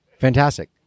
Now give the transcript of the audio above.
Fantastic